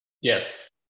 Yes